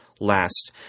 last